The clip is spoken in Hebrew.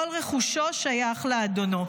כל רכושו שייך לאדונו.